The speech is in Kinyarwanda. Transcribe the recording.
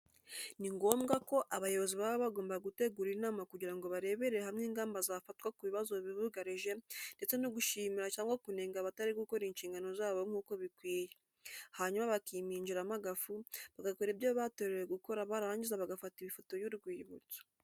Ni ngombwa ko abayobozi baba bagomba gutegura inama kugira ngo barebere hamwe ingamba zafatwa ku bibazo bibugarijwe ndetse no gushimira cyangwa kunenga abatari gukora inshingano zabo nk'uko bikwiye, hanyuma bakiminjiramo agafu bagakora ibyo batorewe gukora barangiza bagafata ifoto y'urwibutso.